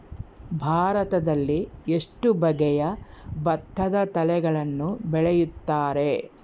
ಭಾರತದಲ್ಲಿ ಎಷ್ಟು ಬಗೆಯ ಭತ್ತದ ತಳಿಗಳನ್ನು ಬೆಳೆಯುತ್ತಾರೆ?